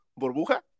Burbuja